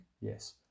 Yes